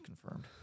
confirmed